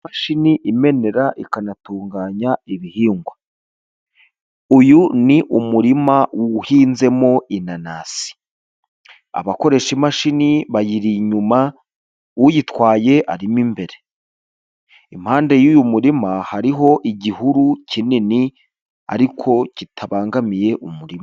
Imashini imenera ikanatunganya ibihingwa, uyu ni umurima uhinzemo inanasi, abakoresha imashini bayiri inyuma uyitwaye arimo imbere. Impande y'uyu murima hariho igihuru kinini ariko kitabangamiye umurima.